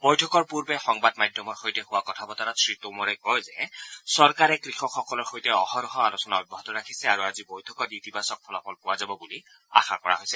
বৈঠকৰ পূৰ্বে সংবাদ মাধ্যমৰ সৈতে হোৱা কথা বতৰাত শ্ৰীটোমৰে কয় যে চৰকাৰে কৃষকসকলৰ সৈতে অহৰহ আলোচনা অব্যাহত ৰাখিছে আৰু আজি বৈঠকত ইতিবাচক ফলাফল পোৱা যাব বুলি আশা কৰা হৈছে